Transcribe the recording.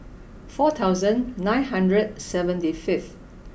four thousand nine hundred seventy fifth